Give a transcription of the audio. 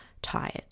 tired